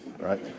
right